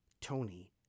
Tony